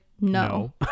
no